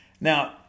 Now